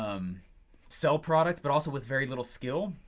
um sell product but also with very little skill.